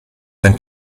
dann